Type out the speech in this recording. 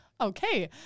Okay